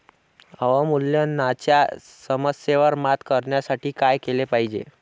अवमूल्यनाच्या समस्येवर मात करण्यासाठी काय केले पाहिजे?